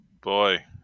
Boy